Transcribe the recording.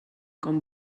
com